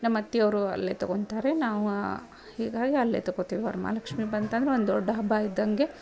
ನಮ್ಮ ಅತ್ತೆಯವ್ರು ಅಲ್ಲೇ ತಗೊತಾರೆ ನಾವೂ ಹೀಗಾಗಿ ಅಲ್ಲೇ ತಗೊತೀವಿ ವರ್ಮಹಾಲಕ್ಷ್ಮೀ ಬಂತಂದರೆ ಒಂದು ದೊಡ್ಡ ಹಬ್ಬ ಇದ್ದಂಗೆ